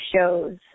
shows